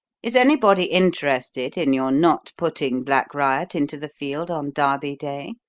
is anybody interested in your not putting black riot into the field on derby day?